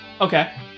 Okay